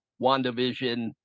WandaVision